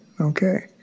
Okay